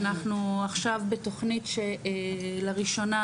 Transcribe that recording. אנחנו עכשיו בתוכנית שלראשונה,